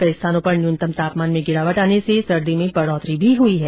कई स्थानों पर न्यूनतम तापमान में गिरावट आने से सर्दी में बढ़ोतरी भी हुई है